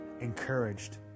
encouraged